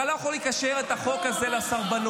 אתה לא יכול לקשר את החוק הזה לסרבנות.